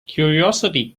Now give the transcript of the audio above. curiosity